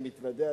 אני מתוודה,